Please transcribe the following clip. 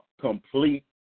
complete